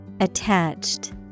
Attached